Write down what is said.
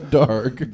dark